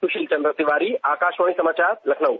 सुशील चन्द्र तिवारी आकाशवाणी समाचार लखनऊ